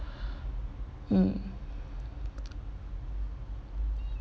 mm